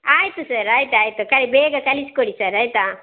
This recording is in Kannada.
ಆಯ್ತು ಸರ್ ಆಯ್ತು ಆಯ್ತು ಕ್ ಬೇಗ ಕಳಿಸಿ ಕೊಡಿ ಆಯ್ತಾ